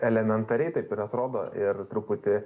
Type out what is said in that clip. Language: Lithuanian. elementariai taip ir atrodo ir truputį